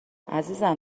عزیزم